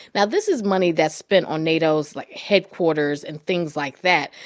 now, this is money that's spent on nato's, like, headquarters and things like that.